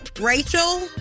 Rachel